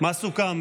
מה סוכם?